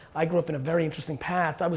i grew up in a very interesting path, i mean